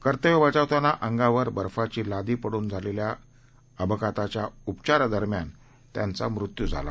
कर्तव्यबजावतानाअंगावरबर्फाचीलादीपडूनझालेल्याअपघाताताच्याउपचारादरम्यानत्यांचामृत्यूझाला